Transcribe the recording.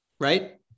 right